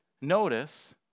Notice